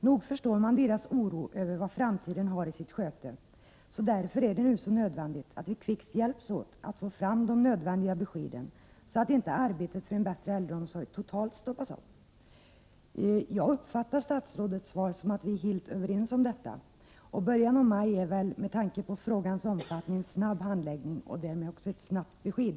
Nog förstår man dessa människors oro över vad framtiden har i sitt sköte. Därför är det nödvändigt att vi nu hjälps åt för att få fram de nödvändiga beskeden, så att inte arbetet för en bättre äldreomsorg totalt stoppas upp. Jag uppfattar statsrådets svar på ett sådant sätt att vi är helt överens om detta. Med tanke på frågans omfattning innebär väl början av maj en snabb handläggning och därmed ett snabbt besked.